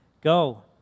go